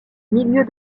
milieu